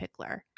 Pickler